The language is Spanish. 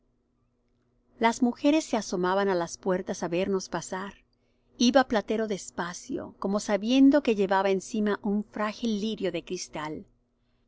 las mujeres se asomaban á las puertas á vernos pasar iba platero despacio como sabiendo que llevaba encima un frágil lirio de cristal la